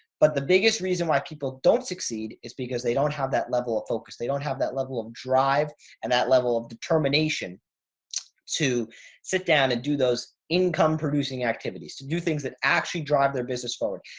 but the biggest reason why people don't succeed is because they don't have that level of focus. they don't have that level of drive and that level of determination to sit down and do those income producing activities to do things that actually drive their business forward.